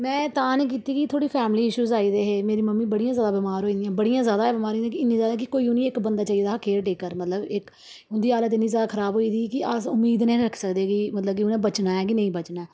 में तां निं कीती की थोह्ड़ी फैमली इश्यूज़ आई गेदे हे मेरी मम्मी बड़ी गै जादा बीमार होई दियां हियां बड़ियां जादा बमार होदियां कि इ'न्नी जादा कि कोई उ'नें गी इक बंदा चाहि्दा ऐ केयर टेकर मतलब इक उं'दी हालत इ'न्नी जादा खराब होई गेदी ही कि अस उम्मीद नेईं हे रक्खी सकदे कि मतलब उ'नें हून बचना ऐ कि नेईं बचना ऐ